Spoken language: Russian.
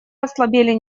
ослабели